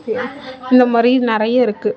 இந்தமாதிரியும் நிறைய இருக்கு